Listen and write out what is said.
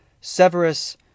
Severus